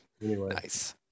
nice